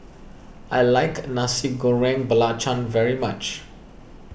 I like Nasi Goreng Belacan very much